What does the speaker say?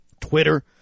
Twitter